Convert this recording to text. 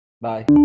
Bye